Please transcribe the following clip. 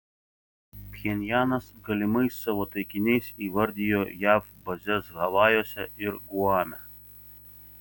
pchenjanas galimais savo taikiniais įvardijo jav bazes havajuose ir guame